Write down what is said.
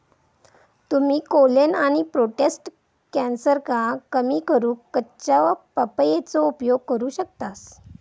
तुम्ही कोलेन आणि प्रोटेस्ट कॅन्सरका कमी करूक कच्च्या पपयेचो उपयोग करू शकतास